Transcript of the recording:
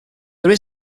there